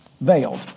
veiled